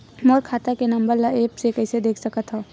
मोर खाता के नंबर ल एप्प से कइसे देख सकत हव?